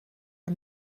are